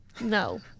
No